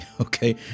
Okay